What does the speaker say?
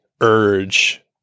urge